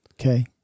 Okay